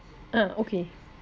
ah okay